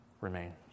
remain